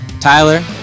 Tyler